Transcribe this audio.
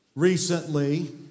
Recently